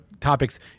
topics